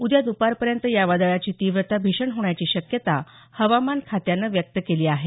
उद्या दुपारनंतर या वादळाची तीव्रता भीषण होण्याची शक्यता हवामान खात्यानं व्यक्त केली आहे